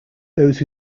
those